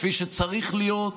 כפי שצריך להיות.